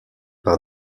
par